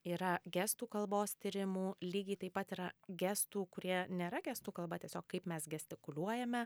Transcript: yra gestų kalbos tyrimų lygiai taip pat yra gestų kurie nėra gestų kalba tiesiog kaip mes gestikuliuojame